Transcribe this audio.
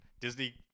Disney